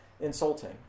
insulting